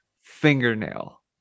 fingernail